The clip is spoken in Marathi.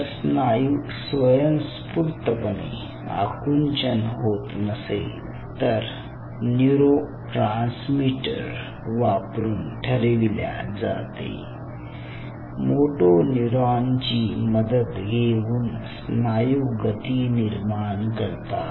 जर स्नायू स्वयंस्फूर्तपणे आकुंचन होत नसेल तर न्यूरोट्रांसमीटर वापरून ठरविल्या जाते मोटो न्यूरॉन ची मदत घेऊन स्नायू गती निर्माण करतात